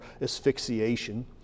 asphyxiation